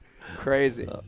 Crazy